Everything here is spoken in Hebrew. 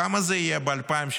כמה זה יהיה ב-2065?